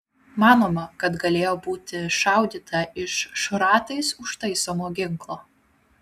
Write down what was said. manoma kad galėjo būti šaudyta iš šratais užtaisomo ginklo